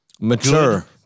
mature